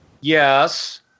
Yes